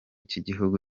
cy’igihugu